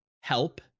help